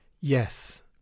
Yes